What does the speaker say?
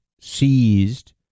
seized